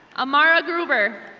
amara gruber.